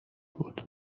بود